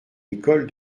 école